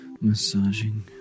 massaging